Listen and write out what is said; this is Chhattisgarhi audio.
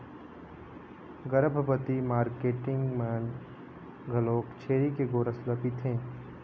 गरभबती मारकेटिंग मन घलोक छेरी के गोरस ल पिथें